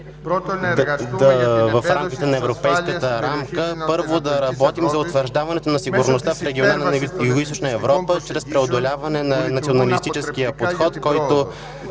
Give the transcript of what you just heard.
действайки в европейската рамка, е: - първо, да работим за утвърждаване на сигурността в региона на Югоизточна Европа чрез преодоляването на националистическия подход, който